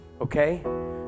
Okay